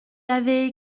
avais